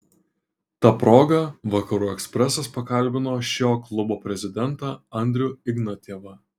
ta proga vakarų ekspresas pakalbino šio klubo prezidentą andrių ignatjevą